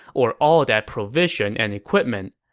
or all that provision and equipment.